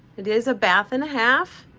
it is a bath and a half.